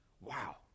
Wow